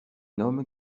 homme